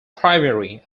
primary